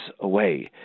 away